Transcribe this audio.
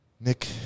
Nick